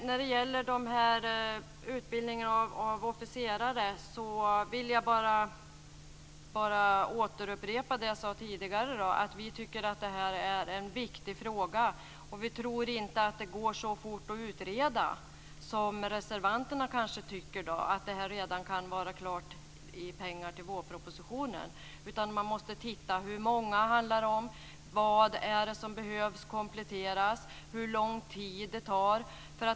När det gäller utbildningen av officerare vill jag bara återupprepa det jag sade tidigare: Vi tycker att detta är en viktig fråga. Vi tror inte att det går så fort att utreda den som reservanterna kanske tror. De tycker att pengar till detta kan vara klara i vårpropositionen. Man måste ju titta på hur många det handlar om, vad det är som behövs kompletteras och hur lång tid det hela tar.